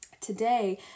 today